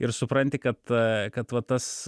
ir supranti kad kad va tas